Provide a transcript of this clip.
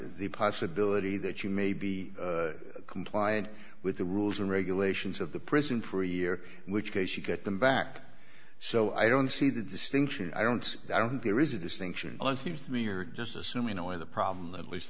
the possibility that you may be compliant with the rules and regulations of the prison for a year in which case you get them back so i don't see the distinction i don't see i don't think there is a distinction and seems to me you're just assuming away the problem at l